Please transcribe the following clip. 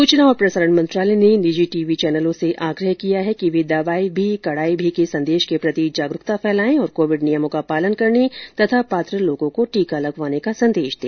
सूचना और प्रसारण मंत्रालय ने निजी टीवी चैनलों से आग्रह किया है कि वे दवाई भी कड़ाई भी के संदेश के प्रति जागरूकता फैलाएं और कोविड नियमों का पालन करने तथा पात्र लोगों को टीका लगवाने का संदेश दें